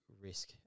risk